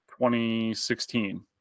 2016